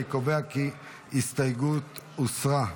אני קובע כי ההסתייגות הוסרה.